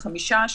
חמישה,